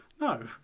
No